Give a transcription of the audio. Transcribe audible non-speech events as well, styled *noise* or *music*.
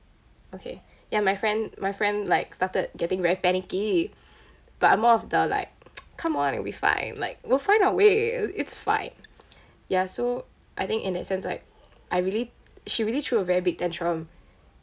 okay ya my friend my friend like started getting very panicky but I'm more of the like *noise* come on it will be fine like we'll find our way it's fine ya so I think in that sense like I really she really threw a very big tantrum